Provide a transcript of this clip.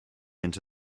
into